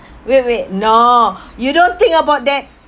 wait wait no you don't think about that